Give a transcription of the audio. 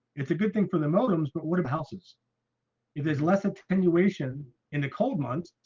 it's a good thing for the modems but whatever houses if there's less attenuation in the cold months